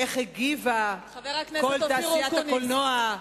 איך הגיבה כל תעשיית הקולנוע,